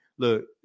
Look